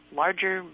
larger